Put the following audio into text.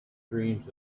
dreams